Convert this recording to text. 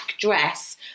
dress